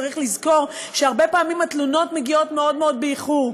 צריך לזכור שהרבה פעמים התלונות מגיעות מאוד מאוד באיחור,